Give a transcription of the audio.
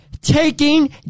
taking